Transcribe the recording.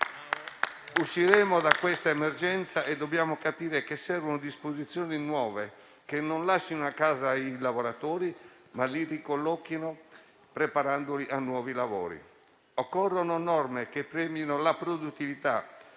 Usciremo da questa emergenza e dobbiamo capire che servono disposizioni nuove che non lascino a casa i lavoratori, ma li ricollochino preparandoli ai nuovi lavori. Occorrono norme che premino la produttività,